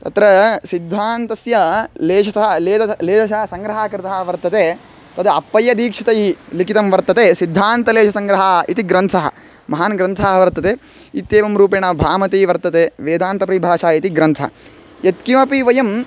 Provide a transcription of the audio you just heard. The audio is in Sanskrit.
तत्र सिद्धान्तस्य लेशः लेशः सङ्ग्रहकृतः वर्तते तद् अप्पयदीक्षतैः लिखितं वर्तते सिद्धान्तलेशसङ्ग्रहः इति ग्रन्थः महान् ग्रन्थः वर्तते इत्येवं रूपेण भामती वर्तते वेदान्तपरिभाषा इति ग्रन्थः यत्किमपि वयम्